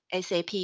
SAP